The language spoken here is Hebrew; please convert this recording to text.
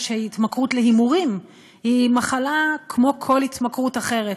שהתמכרות להימורים היא מחלה כמו כל התמכרות אחרת.